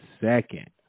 second